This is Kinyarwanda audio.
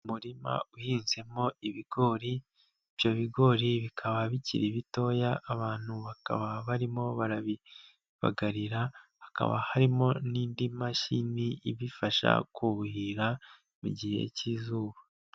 Mu murima uhinzemo ibigori ibyo bigori bikaba bikiri bitoya, abantu bakaba barimo barabibagarira hakaba harimo n'indi mashini ibifasha kuhira mu gihe k'izuba.